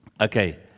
Okay